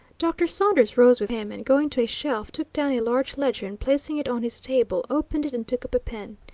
dr. saunders rose with him, and, going to a shelf took down a large ledger, and placing it on his table, opened it and took up a pen.